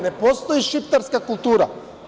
Ne postoji šiptarska kultura.